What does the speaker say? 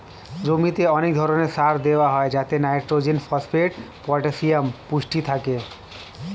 জমিতে অনেক ধরণের সার দেওয়া হয় যাতে নাইট্রোজেন, ফসফেট, পটাসিয়াম পুষ্টি থাকে